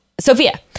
sophia